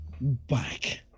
back